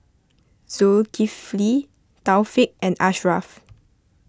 Zulkifli Taufik and Ashraf